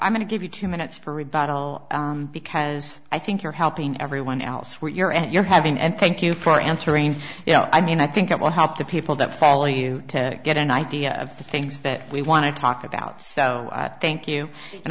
i'm going to give you two minutes for rebuttal because i think you're helping everyone else where you're at you're having and thank you for answering and you know i mean i think it will help the people that follow you to get an idea of the things that we want to talk about so thank you and